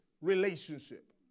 relationship